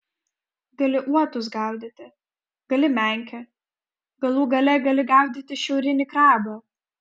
gali uotus gaudyti gali menkę galų gale gali gaudyti šiaurinį krabą